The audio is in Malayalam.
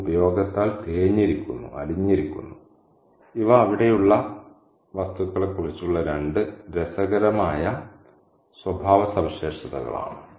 ഇത് ഉപയോഗത്താൽ തേഞ്ഞിരിക്കുന്നു ഇവ അവിടെയുള്ള വസ്തുക്കളെക്കുറിച്ചുള്ള രണ്ട് രസകരമായ സ്വഭാവ സവിശേഷതകളാണ്